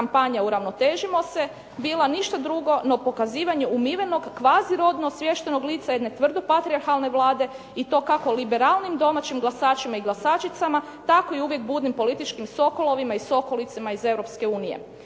kampanja uravnotežimo se bila ništa drugo no pokazivanje umivenog kvazirodno osviještenog lica jedne tvrdo patrijarhalne Vlade i to kako liberalnim domaćim glasačima i glasačicama, tako i uvijek budnim političkim sokolovima i slokolicama iz